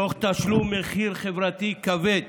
תוך תשלום מחיר חברתי כבד,